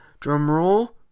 Drumroll